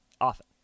often